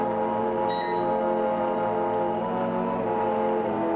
or